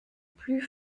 plus